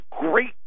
great